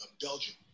Belgium